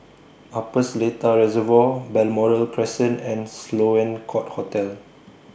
Upper Seletar Reservoir Balmoral Crescent and Sloane Court Hotel